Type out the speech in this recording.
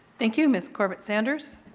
thank you. mrs. corbett sanders.